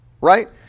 right